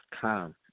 come